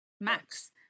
max